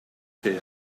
appeal